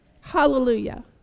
hallelujah